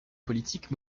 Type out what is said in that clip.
politique